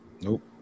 nope